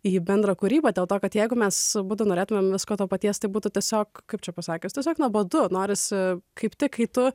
jį bendrą kūrybą dėl to kad jeigu mes abudu norėtumėm visko to paties tai būtų tiesiog kaip čia pasakius tiesiog nuobodu norisi kaip tik kai tu